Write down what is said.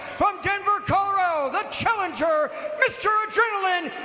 from denver, colorado the challenger mr. adrenaline,